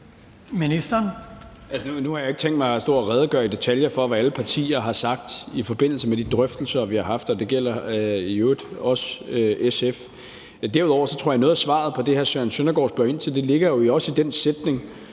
Hummelgaard): Nu har jeg jo ikke tænkt mig at stå og redegøre i detaljer for, hvad alle partier har sagt i forbindelse med de drøftelser, vi har haft, og det gælder i øvrigt også SF. Derudover tror jeg, at noget af svaret på det, Søren Søndergaard spørger ind til, jo også ligger i den sætning,